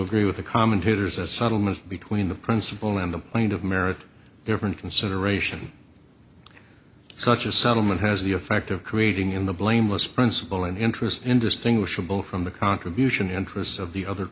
agree with the commentators a subtleness between the principle and the point of merit different consideration such a settlement has the effect of creating in the blameless principal and interest indistinguishable from the contribution interests of the other